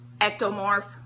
ectomorph